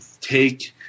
take